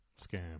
Scam